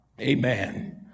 Amen